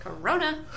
Corona